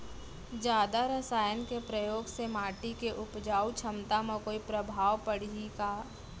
जादा रसायन के प्रयोग से माटी के उपजाऊ क्षमता म कोई प्रभाव पड़ही का?